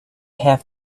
have